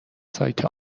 سایت